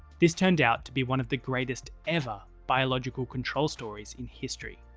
this turned out to be one of the greatest ever biological control stories in history.